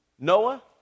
noah